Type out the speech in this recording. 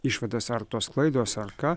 išvadas ar tos klaidos ar ką